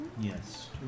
yes